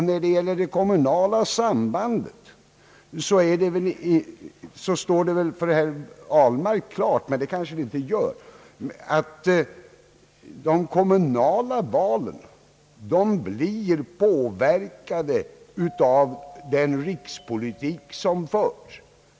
När det gäller det kommunala sambandet står det väl klart för herr Ahlmark — men det kanske det inte gör — att de kommunala valen blir påverkade av den rikspolitik som förs.